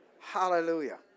Hallelujah